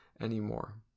anymore